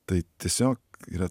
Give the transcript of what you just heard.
tai tiesiog yra